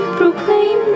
proclaim